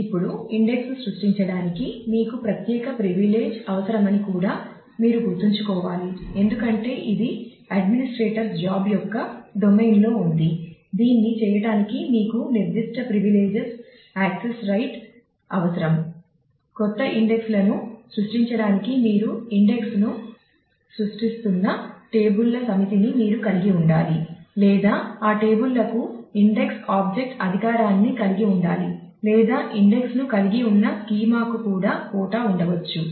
ఇప్పుడు ఇండెక్స్ ను సృష్టించడానికి మీకు ప్రత్యేక ప్రివిలేజ్ ఉండవచ్చు